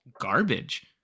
garbage